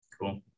Cool